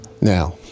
Now